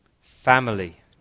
family